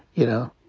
you know?